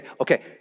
okay